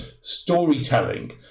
storytelling